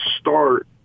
start